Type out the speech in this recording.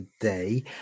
today